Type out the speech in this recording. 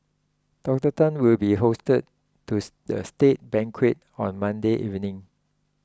Doctor Tan will be hosted to a state banquet on Monday evening